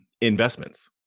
investments